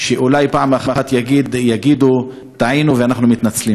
שאולי פעם אחת יגידו: טעינו ואנחנו מתנצלים.